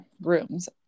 rooms